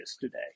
today